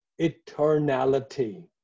eternality